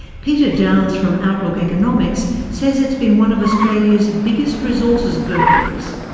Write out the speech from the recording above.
peter downes from outlook economics says it's been one of australia's biggest resources booms.